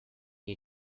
you